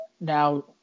now